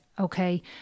okay